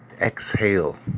exhale